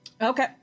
Okay